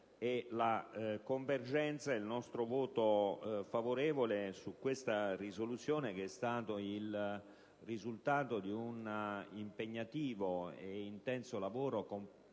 la convergenza e il nostro voto favorevole sulla proposta di risoluzione n. 3, che è stata il risultato di un impegnativo e intenso lavoro compiuto